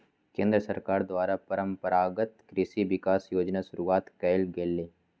केंद्र सरकार द्वारा परंपरागत कृषि विकास योजना शुरूआत कइल गेलय